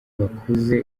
bakuze